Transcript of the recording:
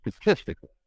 statistically